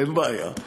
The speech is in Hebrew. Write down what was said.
אין בעיה.